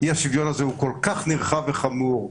הוא כל כך נרחב וחמור,